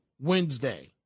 Wednesday